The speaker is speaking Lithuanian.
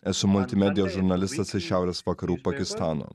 esu multimedijos žurnalistas iš šiaurės vakarų pakistano